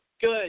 Good